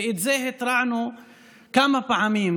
ועל זה התרענו כמה פעמים,